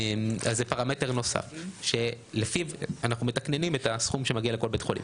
זה פרמטר נוסף שלפיו אנחנו מתקננים את הסכום שמגיע לכל בית חולים.